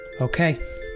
Okay